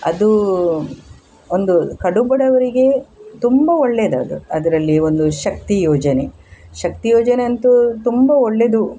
ಅದು ಒಂದು ಕಡು ಬಡವರಿಗೆ ತುಂಬ ಒಳ್ಳೇದು ಅದು ಅದರಲ್ಲಿ ಒಂದು ಶಕ್ತಿ ಯೋಜನೆ ಶಕ್ತಿ ಯೋಜನೆ ಅಂತೂ ತುಂಬ ಒಳ್ಳೆಯದು